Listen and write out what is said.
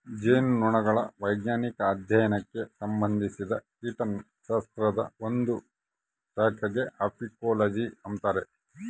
ಜೇನುನೊಣಗಳ ವೈಜ್ಞಾನಿಕ ಅಧ್ಯಯನಕ್ಕೆ ಸಂಭಂದಿಸಿದ ಕೀಟಶಾಸ್ತ್ರದ ಒಂದು ಶಾಖೆಗೆ ಅಫೀಕೋಲಜಿ ಅಂತರ